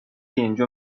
اینجا